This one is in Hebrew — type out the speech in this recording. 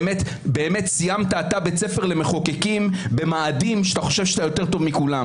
באמת סיימת אתה בית ספר למחוקקים במאדים ואתה חושב שאתה יותר טוב מכולם.